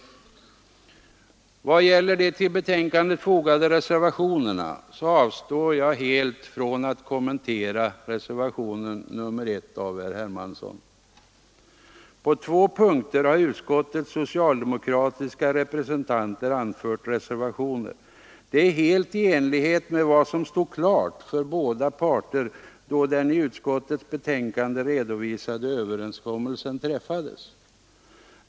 I vad gäller de till betänkandet fogade reservationerna avstår jag helt från att kommentera reservationen 1 av herr Hermansson. På två punkter har utskottets socialdemokratiska representanter anfört reservationer. Detta är helt i enlighet med vad som stod klart för båda parter då den i utskottets betänkande redovisade överenskommelsen träffades.